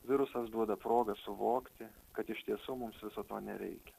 virusas duoda progą suvokti kad iš tiesų mums viso to nereikia